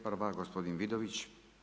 Prva gospodin Vidović.